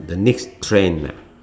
the next trend ah